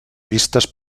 vistes